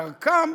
דרכם,